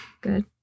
good